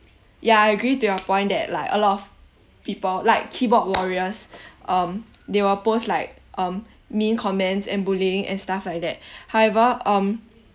yeah I agree to your point that like a lot of people like keyboard warriors um they will post like um mean comments and bullying and stuff like that however um